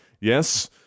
Yes